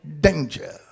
danger